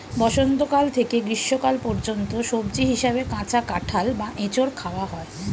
বসন্তকাল থেকে গ্রীষ্মকাল পর্যন্ত সবজি হিসাবে কাঁচা কাঁঠাল বা এঁচোড় খাওয়া হয়